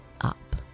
up